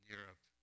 Europe